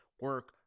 Work